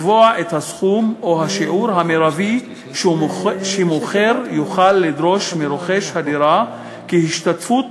לקבוע את הסכום או השיעור המרבי שמוכר יוכל לדרוש מרוכש הדירה כהשתתפות